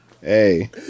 Hey